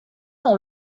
dans